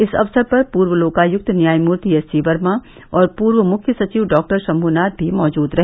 इस अवसर पर पूर्व लोकायुक्त न्यायमूर्ति एससी वर्मा और पूर्व मुख्य सचिव डॉक्टर शम्भूनाथ भी मौजूद रहे